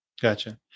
Gotcha